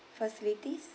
facilities